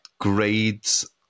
grades